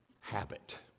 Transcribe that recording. habit